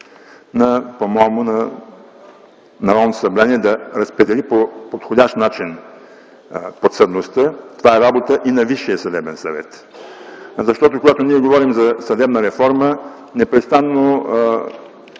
по моему на Народното събрание да разпредели по подходящ начин подсъдността. Това е работа и на Висшия съдебен съвет. Защото, когато ние говорим за съдебна реформа, непрестанно